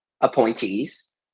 appointees